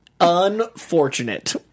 Unfortunate